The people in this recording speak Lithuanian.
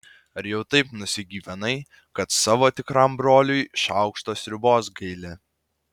ar jau taip nusigyvenai kad savo tikram broliui šaukšto sriubos gaili